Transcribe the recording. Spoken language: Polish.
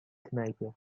knajpie